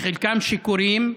שחלקם שיכורים,